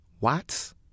Watts